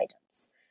items